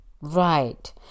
Right